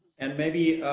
and maybe, ah,